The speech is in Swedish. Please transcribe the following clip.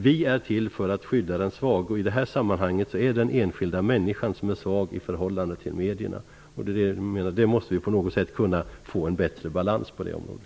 Vi är till för att skydda den svage, och i detta sammanhang är det den enskilda människan som är svag i förhållande till medierna. Vi måste på något sätt få en bättre balans på det området.